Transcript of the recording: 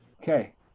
Okay